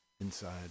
inside